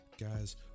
Guys